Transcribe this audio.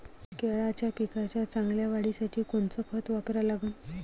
केळाच्या पिकाच्या चांगल्या वाढीसाठी कोनचं खत वापरा लागन?